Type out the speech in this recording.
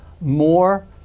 more